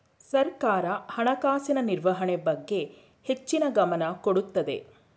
ಸರ್ಕಾರ ಹಣಕಾಸಿನ ನಿರ್ವಹಣೆ ಬಗ್ಗೆ ಹೆಚ್ಚಿನ ಗಮನ ಕೊಡುತ್ತದೆ